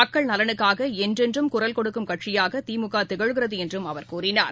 மக்கள் நலனுக்காகஎன்றென்றும் கொடுக்கும் குரல் கட்சியாகதிமுகதிகழ்கிறதுஎன்றும் அவர் கூறினார்